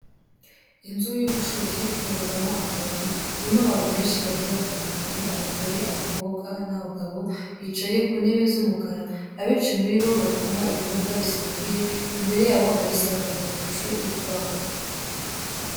Inzu y'ubucuruzi ikorerwamo akabari, irimo abantu benshi bagiye batandukanye, abagore, abakobwa n'abagabo, bicaye kuntebe z'umukara, abenshi muri bo bari kunywa ibinyobwa bisembuye, imbere yabo hari insakazamashusho iri kwaka.